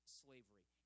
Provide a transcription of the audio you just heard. slavery